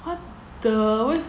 what the